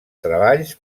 treballs